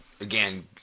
Again